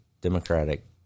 democratic